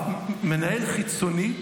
מנהל חיצוני,